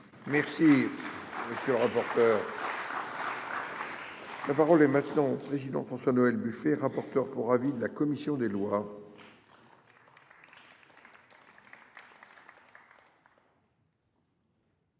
Je vous remercie. Merci. La parole est maintenant président François Noël Buffet, rapporteur pour avis de la commission des lois.